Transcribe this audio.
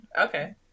okay